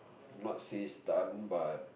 not so stunt but